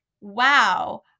wow